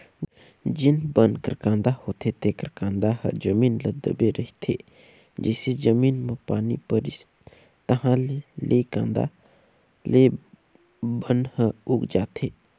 जेन बन कर कांदा होथे तेखर कांदा ह जमीन म दबे रहिथे, जइसे जमीन म पानी परिस ताहाँले ले कांदा ले बन ह उग जाथे